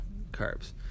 carbs